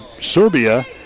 Serbia